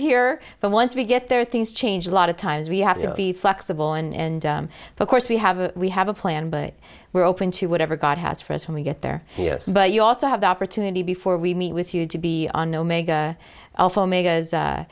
here but once we get there things change a lot of times we have to be flexible and of course we have a we have a plan but we're open to whatever god has for us when we get there but you also have the opportunity before we meet with you to be